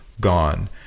gone